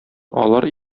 алар